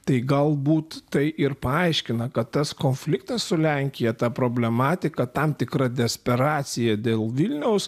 tai galbūt tai ir paaiškina kad tas konfliktas su lenkija ta problematika tam tikra desperacija dėl vilniaus